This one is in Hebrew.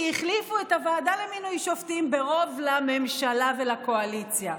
כי החליפו את הוועדה למינוי שופטים ברוב לממשלה ולקואליציה.